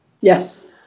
Yes